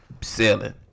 selling